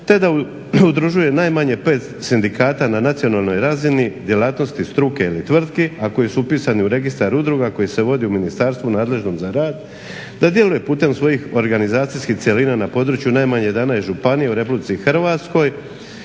te da udružuju najmanje 5 sindikata na nacionalnoj razini djelatnosti struke ili tvrtki, a koji su upisani u registar udruga koji se vodi u ministarstvu nadležno za rad. Da djeluje putem svojih organizacijskih cjelina na području najmanje 11 županija u Republici Hrvatskoj.